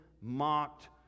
mocked